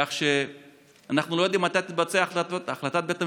כך שאנחנו לא יודעים מתי תתבצע החלטת בית המשפט.